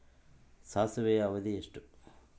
ಸಾಸಿವೆಯ ಅವಧಿ ಎಷ್ಟು?